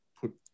put